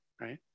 right